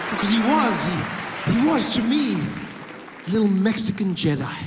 because he was, he was to me. a little mexican jedi.